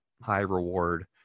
high-reward